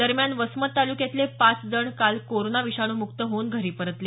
दरम्यान वसमत तालुक्यातले पाच जण काल कोरोना विषाणू मुक्त होऊन घरी परतले